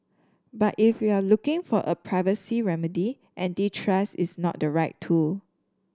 but if you're looking for a privacy remedy antitrust is not the right tool